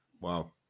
Wow